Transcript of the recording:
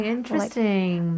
Interesting